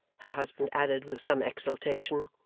her husband added with some exultation,